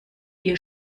ihr